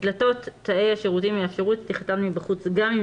דלתות תאי השירותים יאפשרו את פתיחתן מבחוץ גם אם